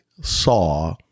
saw